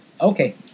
okay